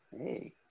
hey